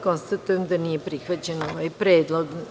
Konstatujem da nije prihvaćen ovaj predlog.